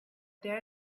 there